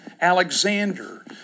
Alexander